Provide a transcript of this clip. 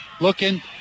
looking